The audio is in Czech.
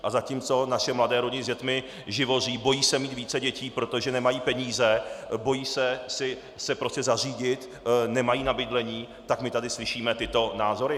A zatímco naše mladé rodiny s dětmi živoří, bojí se mít více dětí, protože nemají peníze, bojí se zařídit, nemají na bydlení, tak my tady slyšíme tyto názory.